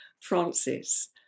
Francis